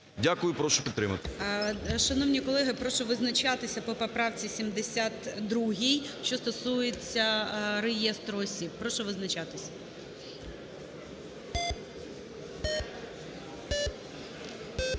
Дякую. Прошу підтримати. ГОЛОВУЮЧИЙ. Шановні колеги, прошу визначатися по поправці 72, що стосується реєстру осіб. Прошу визначатись.